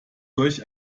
durch